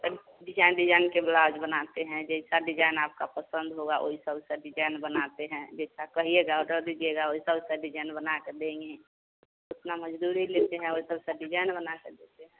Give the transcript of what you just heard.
तनिक design design के blouse बनाते हैं जैसा डिजाइन आपका पसंद होगा वैसा वैसा डिजाइन बनाते हैं जैसा कहिएगा ओडर दीजिएगा वैसा वैसा डिजाइन बनाकर देंगे उतना मजदूरी लेते हैं वैसा वैसा डिजाइन बनाकर देते हैं